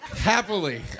Happily